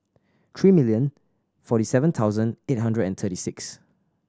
three million forty seven thousand eight hundred and thirty six